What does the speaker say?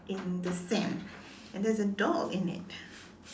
in the sand and there is a dog in it